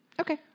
Okay